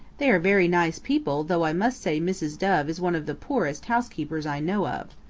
they are very nice people, though i must say mrs. dove is one of the poorest housekeepers i know of.